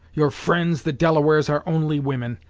your friends the delawares are only women,